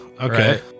Okay